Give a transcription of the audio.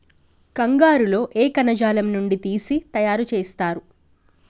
కంగారు లో ఏ కణజాలం నుండి తీసి తయారు చేస్తారు?